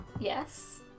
Yes